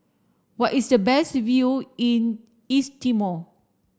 where is the best view in East Timor